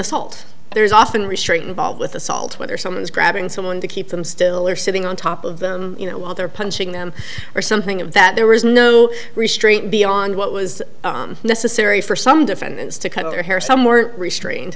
assault there is often restraint involved with assault whether someone's grabbing someone to keep them still or sitting on top of them you know while they're punching them or something of that there was no restraint beyond what was necessary for some defendants to cut their hair some weren't restrained